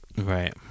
Right